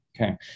Okay